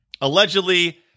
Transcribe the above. allegedly